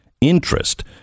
interest